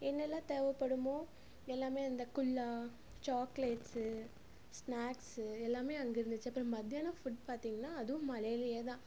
என்னெல்லாம் தேவைப்படுமோ எல்லாமே அந்த குல்லாய் சாக்லேட்ஸு ஸ்நாக்ஸூ எல்லாமே அங்கே இருந்துச்சு அப்புறம் மதியானம் ஃபுட் பார்த்திங்கனா அதுவும் மழையிலையே தான்